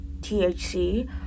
THC